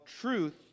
truth